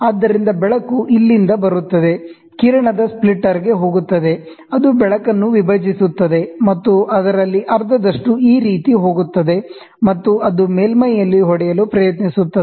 ಆದ್ದರಿಂದ ಬೆಳಕು ಇಲ್ಲಿಂದ ಬರುತ್ತದೆ ಕಿರಣದ ಸ್ಪ್ಲಿಟರ್ಗೆ ಹೋಗುತ್ತದೆ ಅದು ಬೆಳಕನ್ನು ವಿಭಜಿಸುತ್ತದೆ ಮತ್ತು ಅದರಲ್ಲಿ ಅರ್ಧದಷ್ಟು ಈ ರೀತಿ ಹೋಗುತ್ತದೆ ಮತ್ತು ಅದು ಮೇಲ್ಮೈಯಲ್ಲಿ ಬೀಳುತ್ತದೆ ಪ್ರಯತ್ನಿಸುತ್ತದೆ